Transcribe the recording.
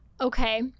Okay